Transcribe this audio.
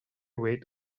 rate